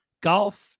golf